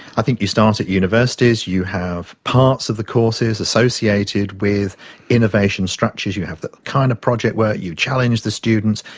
i think you start at universities. you have parts of the courses associated with innovation structures. you have the kind of project work, you challenge the students,